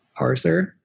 parser